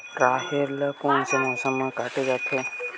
राहेर ल कोन से मौसम म काटे जाथे?